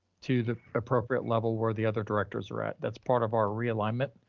to the appropriate level where the other directors are at that's part of our realignment,